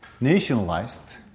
nationalized